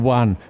one